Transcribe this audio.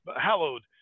Hallowed